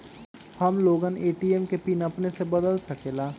हम लोगन ए.टी.एम के पिन अपने से बदल सकेला?